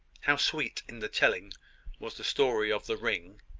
how sweet in the telling was the story of the ring,